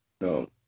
no